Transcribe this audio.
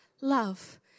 love